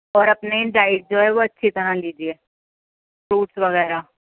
اور اپنے ڈائٹ جو ہے وہ اچھی طرح لیجئے فروٹس وغیرہ